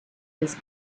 his